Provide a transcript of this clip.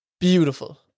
Beautiful